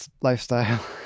lifestyle